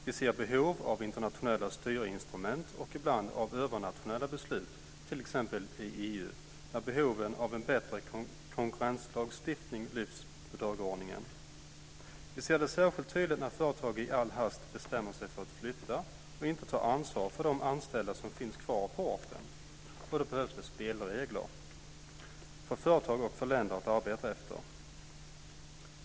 Vi ser behov av internationella styrinstrument och ibland av övernationella beslut, t.ex. i EU, när behoven av en bättre konkurrenslagstiftning lyfts upp på dagordningen. Vi ser det särskilt tydligt när företag i all hast bestämmer sig för att flytta och inte ta ansvar för de anställda som finns kvar på orten. Då behövs spelregler för företag och länder att arbeta efter.